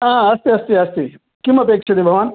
हा अस्ति अस्ति अस्ति किमपेक्ष्यते भवान्